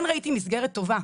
כן ראיתי מסגרת טובה.